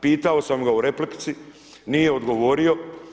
Pitao sam ga u replici, nije odgovorio.